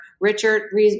Richard